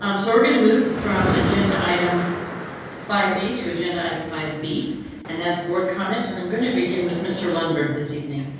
um so we're going to move from agenda item five a to agenda item five b and that's board comments and i'm going to begin with mr. lundberg this evening.